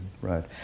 Right